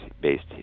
based